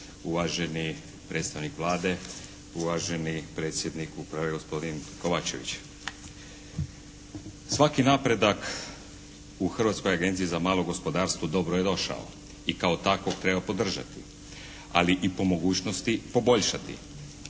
uvaženi predstavnik Vlade, uvaženi predsjednik uprave gospodin Kovačević. Svaki napredak u Hrvatskoj agenciji za malo gospodarstvo dobro je došao i kao takvog treba podržati, ali i po mogućnosti poboljšati.